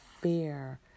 fear